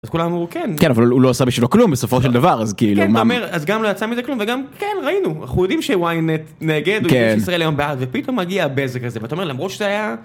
אז כולם אמרו, כן..., "כן אבל הוא לא עשה בשבילו כלום בסופו של דבר אז כאילו מה..", אתה אומר אז גם לא יצא מזה כלום, וגם כן ראינו אנחנו יודעים שוויינט נגד- ישראל היום בעד, ופתאום מגיע בזק הזה אז אתה אומר למרות שזה היה...